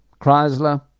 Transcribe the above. Chrysler